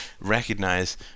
recognize